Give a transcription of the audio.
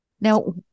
Now